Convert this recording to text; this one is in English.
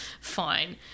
fine